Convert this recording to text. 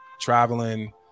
traveling